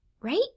right